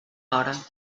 hora